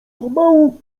pomału